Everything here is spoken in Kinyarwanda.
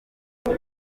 muri